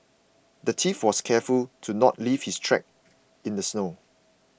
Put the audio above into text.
the thief was careful to not leave his track in the snow